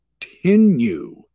continue